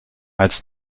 als